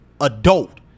adult